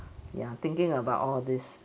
ya thinking about all this